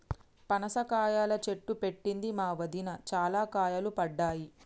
పనస కాయల చెట్టు పెట్టింది మా వదిన, చాల కాయలు పడ్డాయి